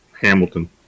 Hamilton